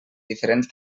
diferents